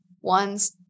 one's